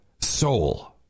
Soul